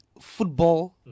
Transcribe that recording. football